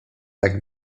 tak